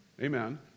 Amen